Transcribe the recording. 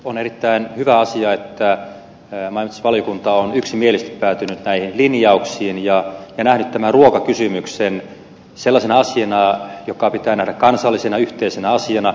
on erittäin hyvä asia että maa ja metsätalousvaliokunta on yksimielisesti päätynyt näihin linjauksiin ja nähnyt tämän ruokakysymyksen sellaisena asiana joka pitää nähdä kansallisena yhteisenä asiana